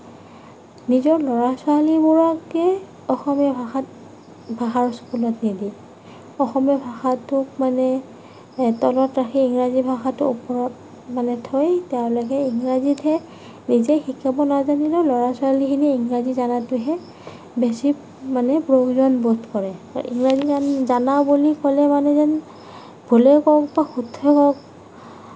নিজৰ ল'ৰা ছোৱালীবোৰকে অসমীয়া ভাষাত ভাষাৰ স্কুলত নিদিয়ে অসমীয়া ভাষাটোক মানে তলত ৰাখি ইংৰাজী ভাষাটোক ওপৰত মানে থৈ তেওঁলোকে ইংৰাজীতহে নিজে শিকিব নাজানিলেও ল'ৰা ছোৱালীখিনিয়ে ইংৰাজী জনাটেহে বেছি মানে প্ৰয়োজনবোধ কৰে ইংৰাজী জনা বুলি ক'লে যেন ভুলেই কওক বা বা শুদ্ধই কওক